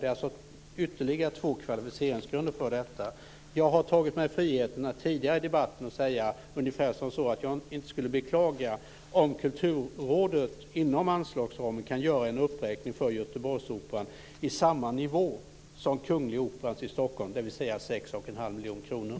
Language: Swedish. Detta är alltså ytterligare två kvalificeringsgrunder. Jag har tidigare i debatten tagit mig friheten att säga att jag inte skulle beklaga om Kulturrådet inom anslagsramen kan göra en uppräkning för Göteborgsoperan till samma nivå som för Kungliga Operan i Stockholm, dvs. 6,5 miljoner kronor.